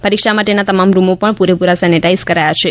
પરીક્ષા માટેના તમામ રૂમો પણ પૂરેપૂરા સેનિટાઇઝ કરાયા છે